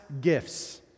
gifts